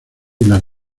las